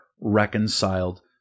reconciled